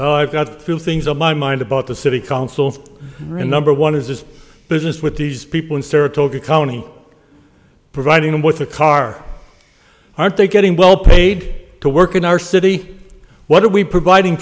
mana got through things on my mind about the city council and number one is this business with these people in saratoga county providing them with a car aren't they getting well paid to work in our city what are we providing